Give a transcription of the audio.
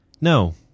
No